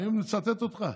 אני מצטט אותך.